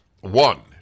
one